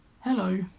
Hello